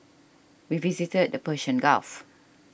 we visited the Persian Gulf